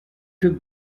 took